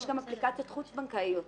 יש גם אפליקציות חוץ בנקאיות.